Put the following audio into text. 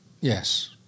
Yes